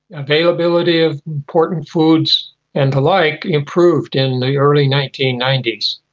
availability of important foods and the like improved in the early nineteen ninety s.